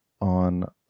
on